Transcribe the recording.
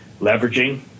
leveraging